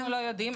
אנחנו לא יודעים.